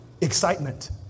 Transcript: Excitement